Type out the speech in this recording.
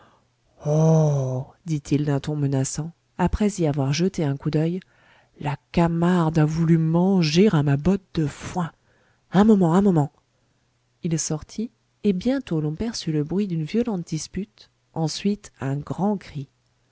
dit-il d'un ton menaçant après y avoir jeté un coup d'oeil la camarde a voulu manger à ma botte de foin un moment un moment il sortit et bientôt l'on perçut le bruit d'une violente dispute ensuite un grand cri